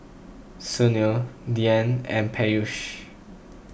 Sunil Dhyan and Peyush